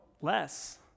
less